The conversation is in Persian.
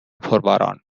پرباران